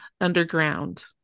underground